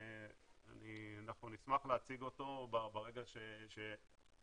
אנחנו נשמח להציג אותו ברגע שהוא